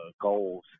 goals